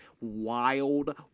Wild